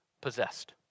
possessed